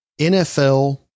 NFL